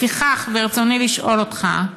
לפיכך, ברצוני לשאול אותך: